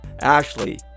Ashley